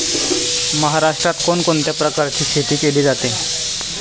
महाराष्ट्रात कोण कोणत्या प्रकारची शेती केली जाते?